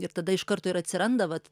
ir tada iš karto ir atsiranda vat